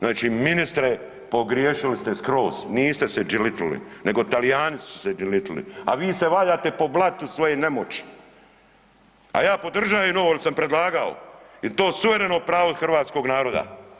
Znači ministre, pogriješili ste skroz, niste se đelitnuli nego Talijani su se đelitnuli, a vi se valjate po blatu svoje nemoći a ja podržavam ovo jer sam predlagao i to je suvereno pravo hrvatskog naroda.